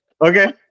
Okay